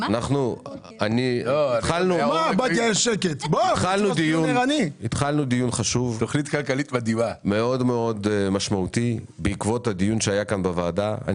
התחלנו דיון חשוב ומאוד מאוד משמעותי בעקבות הדיון שהתקיים בוועדה.